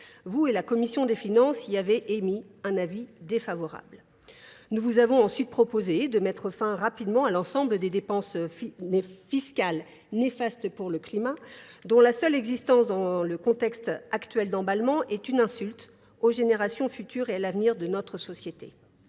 Vous et la Commission des Finances y avez émis un avis défavorable. Nous vous avons ensuite proposé de mettre fin rapidement à l'ensemble des dépenses fiscales néfastes pour le climat dont la seule existence dans le contexte actuel d'emballement est une insulte aux générations futures et à l'avenir de notre société.